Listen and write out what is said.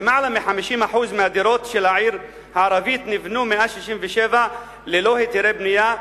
יותר מ-50% מהדירות של העיר הערבית נבנו מאז 1967 ללא היתרי בנייה.